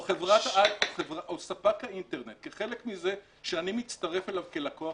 או ספק האינטרנט כחלק מזה שאני מצטרף אליו כלקוח